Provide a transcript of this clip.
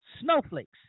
snowflakes